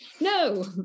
no